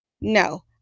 no